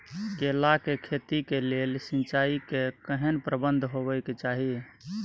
केला के खेती के लेल सिंचाई के केहेन प्रबंध होबय के चाही?